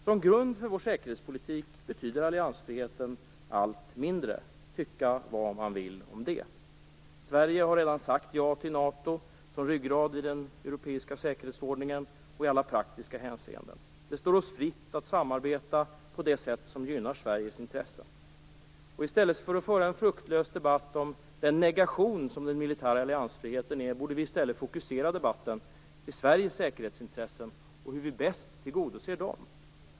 Som grund för vår säkerhetspolitik betyder alliansfriheten allt mindre - tycka vad man vill om det. Sverige har redan sagt ja till NATO som ryggrad i den europeiska säkerhetsordningen och i alla praktiska hänseenden. Det står oss fritt att samarbeta på det sätt som gynnar Sveriges intressen. I stället för att föra en debatt om den negation som den militära alliansfriheten är, borde vi fokusera debatten till Sveriges säkerhetsintressen och hur vi bäst tillgodoser dem.